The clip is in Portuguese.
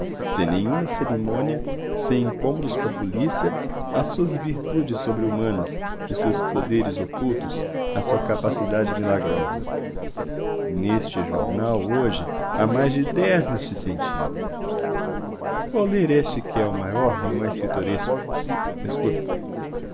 sem nenhuma cerimônia sem incômodos com a polícia as suas virtudes sobre humanas os seus poderes ocultos a sua capacidade milagrosa neste jornal hoje há mais de dez neste sentido vou ler este que é o maior e o mais pitoresco escuta